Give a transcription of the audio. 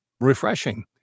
refreshing